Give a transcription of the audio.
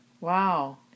Wow